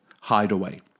hideaway